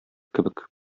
кебек